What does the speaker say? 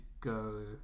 go